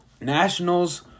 Nationals